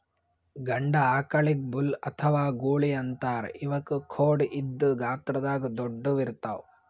ಗಂಡ ಆಕಳಿಗ್ ಬುಲ್ ಅಥವಾ ಗೂಳಿ ಅಂತಾರ್ ಇವಕ್ಕ್ ಖೋಡ್ ಇದ್ದ್ ಗಾತ್ರದಾಗ್ ದೊಡ್ಡುವ್ ಇರ್ತವ್